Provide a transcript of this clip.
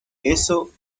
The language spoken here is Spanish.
eso